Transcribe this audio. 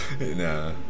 Nah